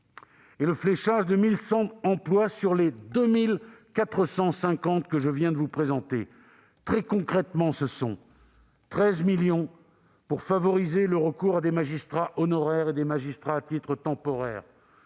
le fléchage de 1 100 emplois sur les 2 450 que je viens de vous présenter. Très concrètement, nous consacrerons 13 millions d'euros pour favoriser le recours à des magistrats honoraires et des magistrats à titre temporaire